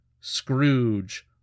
Scrooge